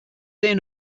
say